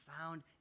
found